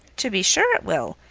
to be sure it will.